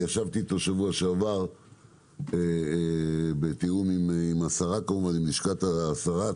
ישבתי איתו שבוע שעבר בתיאום עם לשכת השרה.